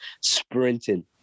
sprinting